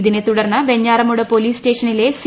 ഇതിനെത്തുടർന്നു Venjaramoodu police സ്റ്റേഷനിലെ C